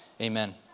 amen